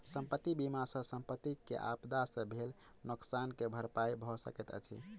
संपत्ति बीमा सॅ संपत्ति के आपदा से भेल नोकसान के भरपाई भअ सकैत अछि